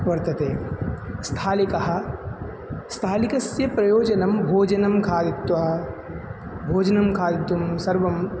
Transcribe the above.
वर्तते स्थालिका स्थालिकायाः प्रयोजनं भोजनं खादित्वा भोजनं खादितुं सर्वं